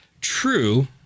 True